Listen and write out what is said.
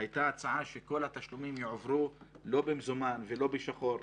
הייתה הצעה שכל התשלומים יועברו לא במזומן ולא בשחור,